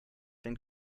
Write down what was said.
den